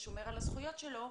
ושומר על הזכויות שלו,